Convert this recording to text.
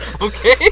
Okay